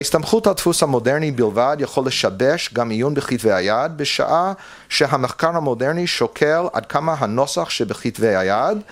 הסתמכות הדפוס המודרני בלבד, יכול לשבש גם עיון בכתבי היד, בשעה שהמחקר המודרני שוקל עד כמה הנוסח שבכתבי היד